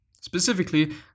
Specifically